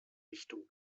richtung